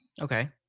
Okay